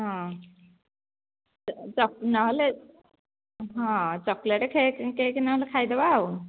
ହଁ ନହେଲେ ହଁ ଚକୋଲେଟ୍ ଖେକ୍ କେକ୍ ନହେଲେ ଖାଇଦେବା ଆଉ